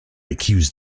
accused